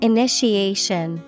Initiation